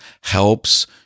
helps